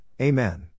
Amen